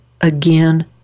again